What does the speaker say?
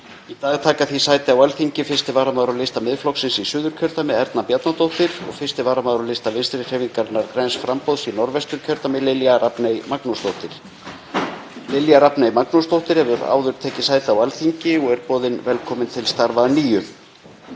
Í dag taka því sæti á Alþingi 1. varamaður á lista Miðflokksins í Suðurkjördæmi, Erna Bjarnadóttir, og 1. varamaður á lista Vinstrihreyfingarinnar – græns framboðs í Norðvesturkjördæmi, Lilja Rafney Magnúsdóttir. Lilja Rafney Magnúsdóttir hefur áður tekið sæti á Alþingi og er boðin velkomin til starfa að nýju.